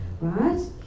right